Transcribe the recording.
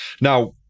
Now